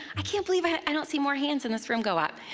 i can't believe i don't see more hands in this room go up.